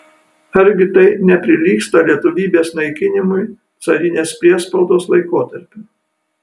argi tai neprilygsta lietuvybės naikinimui carinės priespaudos laikotarpiu